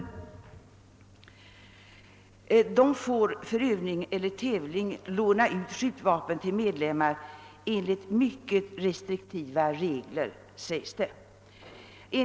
För övning eller tävling får dessa organisationer låna ut skjutvapen till medlemmar enligt mycket restriktiva regler, sägs det i svaret.